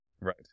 Right